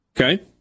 Okay